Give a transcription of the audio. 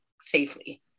safely